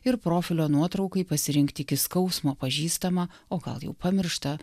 ir profilio nuotraukai pasirinkti iki skausmo pažįstamą o gal jau pamirštą